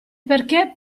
perché